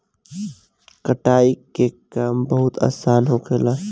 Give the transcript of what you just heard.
कटाई के काम बहुत आसान होखेला